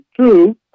true